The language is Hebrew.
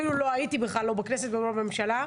אפילו לא הייתי בכנסת ולא בממשלה,